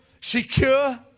secure